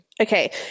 okay